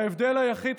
ההבדל היחיד,